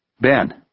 Ben